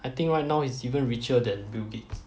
I think right now it's even richer than bill gates